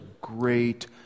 great